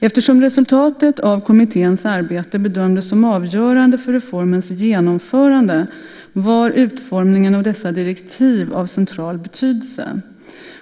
Eftersom resultatet av kommitténs arbete bedömdes som avgörande för reformens genomförande, var utformningen av dessa direktiv av central betydelse.